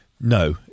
no